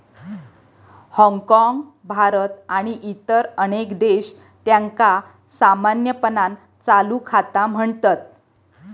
हाँगकाँग, भारत आणि इतर अनेक देश, त्यांका सामान्यपणान चालू खाता म्हणतत